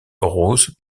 rose